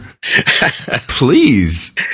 Please